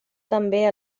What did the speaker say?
també